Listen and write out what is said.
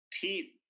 Pete